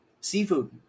seafood